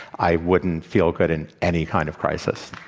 i wouldn't feel good in any kind of crisis.